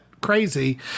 crazy